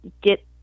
get